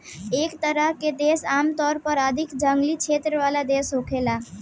एह तरह के देश आमतौर पर अधिक जंगली क्षेत्र वाला देश होखेला